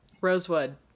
Rosewood